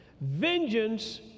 Vengeance